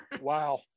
Wow